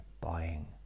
buying